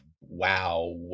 Wow